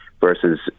versus